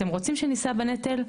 אתם רוצים שנישא בנטל?